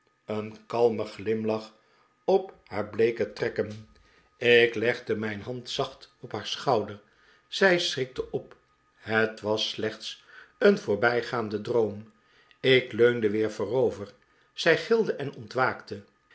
een kalme glimlach op haar bleeke trekken ik legde mijn hand zacht op haar schouder zij schrikte op het was slechts een voorbijgaande droom ik leunde weer voorover zij gilde en ontwaakte